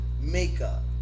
Makeup